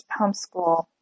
homeschool